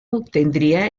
obtendría